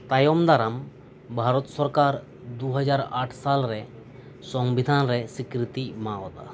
ᱛᱟᱭᱚᱢ ᱫᱟᱨᱟᱢ ᱵᱷᱟᱨᱚᱛ ᱥᱚᱨᱠᱟᱨ ᱫᱩ ᱦᱟᱡᱟᱨ ᱟᱴ ᱥᱟᱞ ᱨᱮ ᱥᱚᱝᱵᱤᱫᱷᱟᱱ ᱨᱮ ᱥᱤᱠᱨᱤᱛᱤ ᱮᱢᱟᱣᱟᱫᱟ